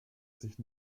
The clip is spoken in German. sich